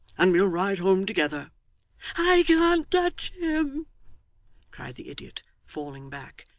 and we'll ride home together i can't touch him cried the idiot falling back,